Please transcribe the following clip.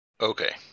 Okay